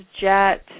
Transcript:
Jet